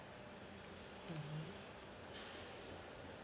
mm